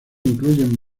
incluyen